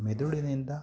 ಮೆದುಳಿನಿಂದ